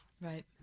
Right